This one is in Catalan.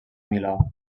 milà